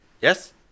yes